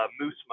moose